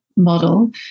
model